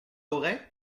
auray